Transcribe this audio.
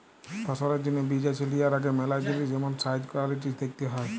ফসলের জ্যনহে বীজ বাছে লিয়ার আগে ম্যালা জিলিস যেমল সাইজ, কোয়ালিটিজ দ্যাখতে হ্যয়